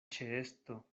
ĉeesto